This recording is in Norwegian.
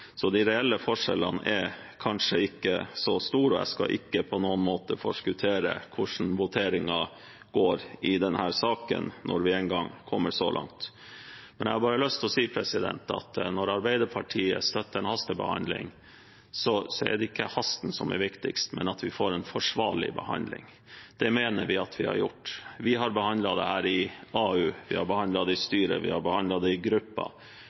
De reelle forskjellene er kanskje ikke så store. Jeg skal ikke på noen måte forskuttere hvordan voteringen går i denne saken, når vi en gang kommer så langt. Men jeg har bare lyst til å si at når Arbeiderpartiet støtter en hastebehandling, er det ikke hasten som er viktigst, men at vi får en forsvarlig behandling. Det mener vi at vi har gjort. Vi har behandlet dette i AU, vi har behandlet det i styret, vi har behandlet det i